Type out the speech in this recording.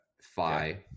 Phi